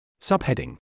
Subheading